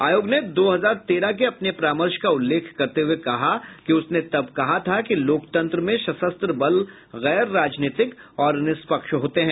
आयोग ने दो हजार तेरह के अपने परामर्श का उल्लेख करते हुए कहा है कि उसने तब कहा था कि लोकतंत्र में सशस्त्र बल गैर राजनीतिक और निष्पक्ष होते हैं